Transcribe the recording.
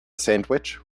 sandwich